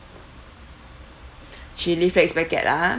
chilli flakes packet ah